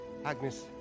Agnes